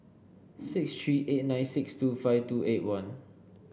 six three eight nine six two five two eight one